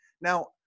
now